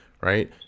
right